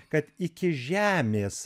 kad iki žemės